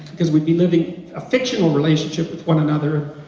cause we'd be living a fictional relationship with one another,